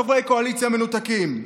חברי קואליציה מנותקים?